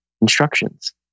instructions